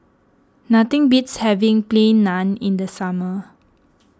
nothing beats having Plain Naan in the summer